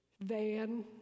van